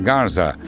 Garza